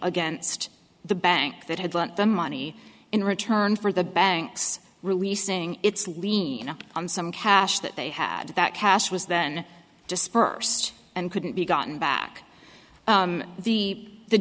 against the bank that had lent the money in return for the bank's releasing its lien on some cash that they had that cash was then dispersed and couldn't be gotten back the the